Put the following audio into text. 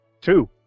two